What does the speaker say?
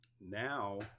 Now